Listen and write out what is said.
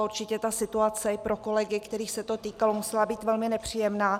A určitě ta situace i pro kolegy, kterých se to týkalo, musela být velmi nepříjemná.